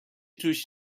توش